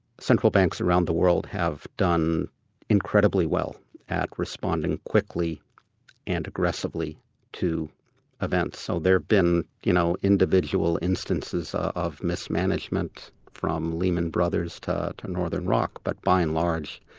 central banks around the world have done incredibly well at responding quickly and aggressively to events. so there've been you know individual instances of mismanagement, from lehman brothers to to northern rock, but by and large,